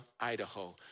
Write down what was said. Idaho